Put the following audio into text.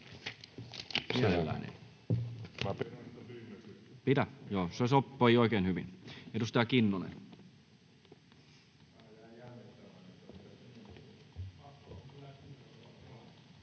ei. Se sopii oikein hyvin. — Edustaja Kinnunen. Arvoisa